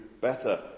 better